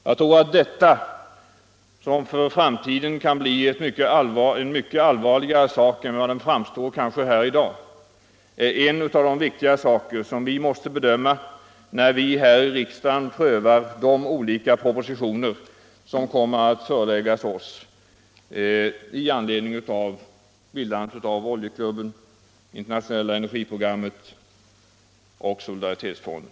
Jag tror att detta för framtiden kan bli en mycket allvarlig sak —- allvarligare än den kanske framstår här i dag. Det är en av de viktiga saker som vi måste bedöma när vi här i riksdagen prövar de olika propositioner som kommer att föreläggas oss i anledning av bildandet av oljeklubben, internationella energiprogrammet och solidaritetsfonden.